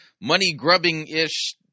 money-grubbing-ish